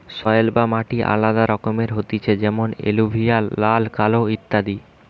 soil বা মাটি আলাদা রকমের হতিছে যেমন এলুভিয়াল, লাল, কালো ইত্যাদি